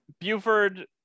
buford